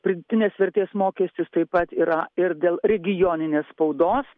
pridėtinės vertės mokestis taip pat yra ir dėl regioninės spaudos